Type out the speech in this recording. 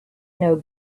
know